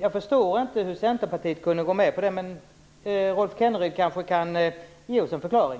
Jag förstår inte hur Centerpartiet kunde gå med på något sådant. Kanske kan Rolf Kenneryd ge oss en förklaring.